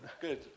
Good